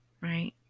right